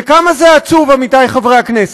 וכמה זה עצוב, עמיתיי חברי הכנסת,